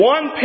One